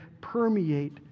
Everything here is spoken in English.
permeate